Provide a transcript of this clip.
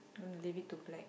gonna leave it to black